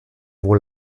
wohl